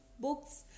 books